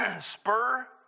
spur